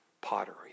pottery